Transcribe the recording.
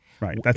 right